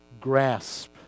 grasp